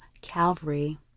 Calvary